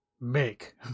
make